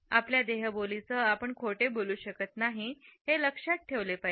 आपल्या देहबोली सह आपण खोटे बोलू शकत नाही हे लक्षात ठेवले पाहिजे